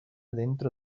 dentro